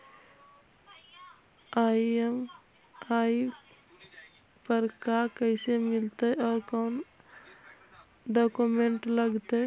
EMI पर car कैसे मिलतै औ कोन डाउकमेंट लगतै?